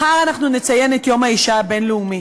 מחר אנחנו נציין את יום האישה הבין-לאומי.